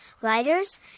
writers